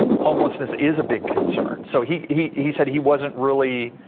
homelessness is a big concern so he he he said he wasn't really.